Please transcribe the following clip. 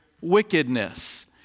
wickedness